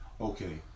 okay